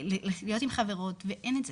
להיות עם חברות ואין את זה.